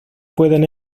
pueden